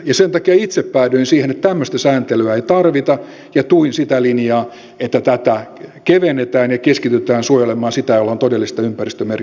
sen takia itse päädyin siihen että tämmöistä sääntelyä ei tarvita ja tuin sitä linjaa että tätä kevennetään ja keskitytään suojelemaan sitä jolla on todellista ympäristömerkitystä